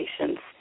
patients